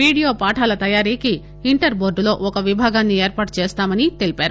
video పాఠాల తయారీకి inter బోర్డులో ఒక విభాగాన్సి ఏర్పాటు చేస్తామని తెలిపారు